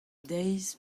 deiz